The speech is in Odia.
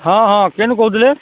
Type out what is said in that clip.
ହଁ ହଁ କେନୁ କହୁଥିଲେ